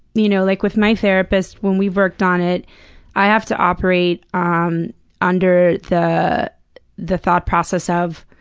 you know like with my therapist when we've worked on it i have to operate ah um under the the thought process of,